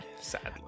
Sadly